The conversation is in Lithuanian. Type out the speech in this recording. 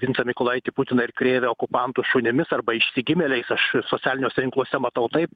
vincą mykolaitį putiną ir krėvę okupantų šunimis arba išsigimėliais aš socialiniuose tinkluose matau taip